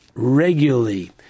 Regularly